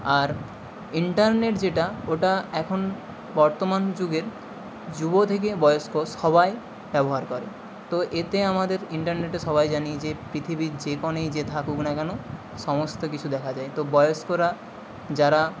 আর internet যেটা ওটা এখন বর্তমান যুগের যুব থেকে বয়স্ক সবাই ব্যবহার করে তো এতে আমাদের ইন্টারনেটে সবাই জানি যে পৃথিবীর যে কোণেই যে থাকুক না কেন সমস্ত কিছু দেখা যায় তো বয়স্করা যারা